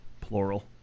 plural